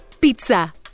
Pizza